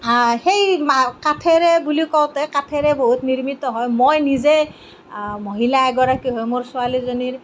সেই কাঠেৰে বুলি কওঁতে কাঠেৰে বহুত নিৰ্মিত হয় মই নিজে মহিলা এগৰাকী হৈ মোৰ ছোৱালীজনীৰ